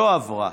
לא עברה.